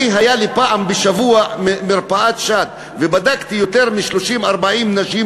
הייתה לי פעם בשבוע מרפאת שד ובדקתי יותר מ-30 40 נשים,